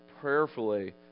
prayerfully